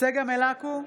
צגה מלקו,